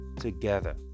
together